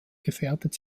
gefährdet